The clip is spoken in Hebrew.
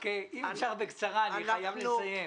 רק אם אפשר תדברי בקצרה, אני חייב לסיים.